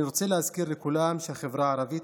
אני רוצה להזכיר לכולם שהחברה הערבית